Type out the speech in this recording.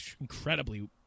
incredibly